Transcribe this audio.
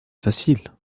facile